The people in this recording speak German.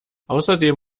außerdem